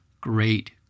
great